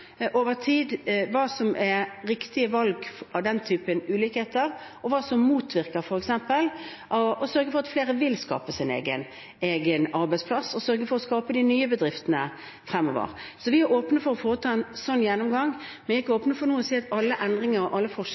over tid hva som er riktige valg med hensyn til den typen ulikheter, og hva som motvirker f.eks. det å sørge for at flere vil skape sin egen arbeidsplass, å sørge for å skape de nye bedriftene fremover. Så vi er åpne for å foreta en sånn gjennomgang. Men vi er ikke åpne for nå å si at alle